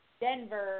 Denver